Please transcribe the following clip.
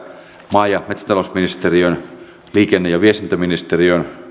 maa ja metsätalousministeriön liikenne ja viestintäministeriön